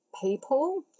people